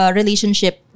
relationship